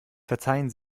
verzeihen